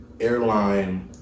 airline